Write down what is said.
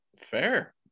fair